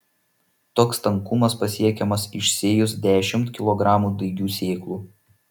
toks tankumas pasiekiamas išsėjus dešimt kilogramų daigių sėklų